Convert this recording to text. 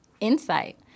insight